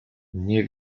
nie